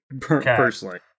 personally